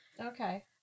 Okay